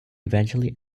eventually